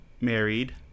married